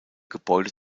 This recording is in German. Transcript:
gebäude